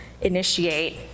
initiate